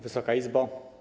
Wysoka Izbo!